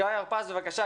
גיא הרפז בבקשה,